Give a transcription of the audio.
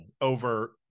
over